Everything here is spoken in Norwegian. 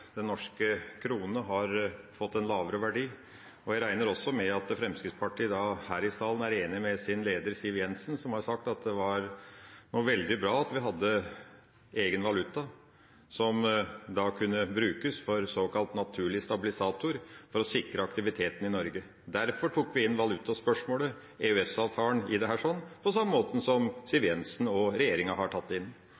den norske krona har fått en lavere verdi, og jeg regner også med at Fremskrittspartiet her i salen er enig med sin leder, Siv Jensen, som har sagt at det er veldig bra at vi har egen valuta som da kunne brukes som såkalt naturlig stabilisator for å sikre aktiviteten i Norge. Derfor tok vi inn valutaspørsmålet, EØS-avtalen i dette, på samme måte som Siv Jensen og regjeringa har tatt det inn.